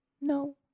no